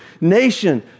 nation